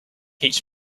teach